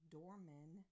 Doorman